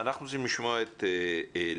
אנחנו רוצים לשמוע את לימור,